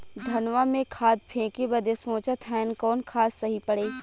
धनवा में खाद फेंके बदे सोचत हैन कवन खाद सही पड़े?